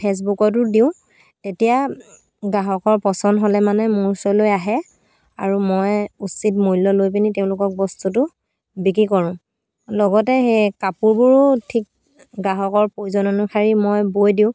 ফে'চবুকতো দিওঁ তেতিয়া গ্ৰাহকৰ পচন্দ হ'লে মানে মোৰ ওচৰলৈ আহে আৰু মই উচিত মূল্য লৈ পিনি তেওঁলোকক বস্তুটো বিক্ৰী কৰোঁ লগতে সেই কাপোৰবোৰো ঠিক গ্ৰাহকৰ প্ৰয়োজন অনুসাৰী মই বৈ দিওঁ